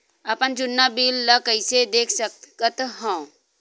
अपन जुन्ना बिल ला कइसे देख सकत हाव?